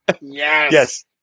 Yes